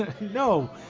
No